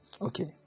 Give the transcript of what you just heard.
Okay